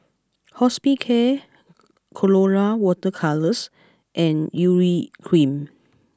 Hospicare Colora water colours and Urea cream